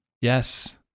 Yes